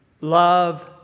Love